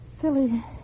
Philly